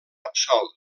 absolt